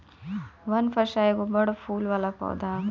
बनफशा एगो बड़ फूल वाला पौधा हवे